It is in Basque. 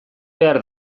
behar